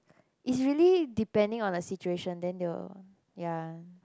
is really depending on the situation then they will ya